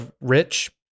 rich